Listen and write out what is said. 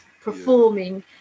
performing